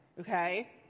okay